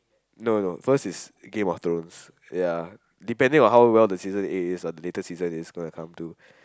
no no first is game of thrones ya depending on how well the season is or the latest season is going to come to